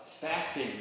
fasting